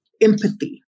empathy